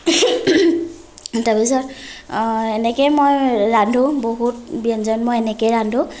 তাৰ পিছত এনেকে মই ৰান্ধো বহুত ব্যঞ্জন মই এনেকেই ৰান্ধো